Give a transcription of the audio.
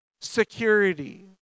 security